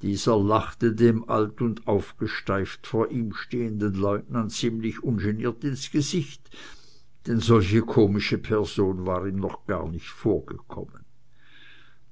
dieser lachte dem alt und aufgesteift vor ihm stehenden lieutenant ziemlich ungeniert ins gesicht denn solche komische person war ihm noch gar nicht vorgekommen